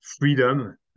freedom